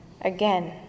again